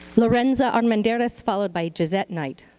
larenza armanderez followed by jisette knight.